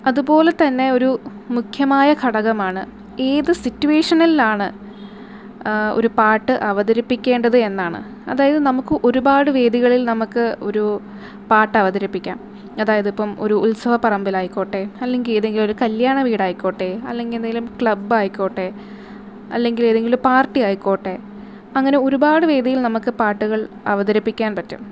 അത് പോലെ തന്നെ ഒരു മുഖ്യമായ ഘടകമാണ് ഏത് സിറ്റുവേഷണനിലാണ് ഒരു പാട്ട് അവതരിപ്പിക്കേണ്ടത് എന്നാണ് അതായത് നമുക്ക് ഒരുപാട് വേദികളില് നമുക്ക് ഒരു പാട്ട് അവതരിപ്പിക്കാം അതായത് ഇപ്പം ഒരു ഉത്സവപ്പറമ്പിലായിക്കോട്ടെ അല്ലെങ്കിൽ എതെങ്കിലുമൊരു കല്യാണ വീടായിക്കോട്ടെ അല്ലെങ്കിൽ ഏതെങ്കിലും ക്ലബ്ബ് ആയിക്കോട്ടെ അല്ലെങ്കില് ഏതെങ്കിലും പാര്ട്ടി ആയിക്കോട്ടെ അങ്ങനെ ഒരുപാട് വേദിയില് നമുക്ക് പാട്ടുകള് അവതരിപ്പിക്കാന് പറ്റും